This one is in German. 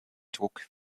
druck